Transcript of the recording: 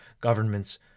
government's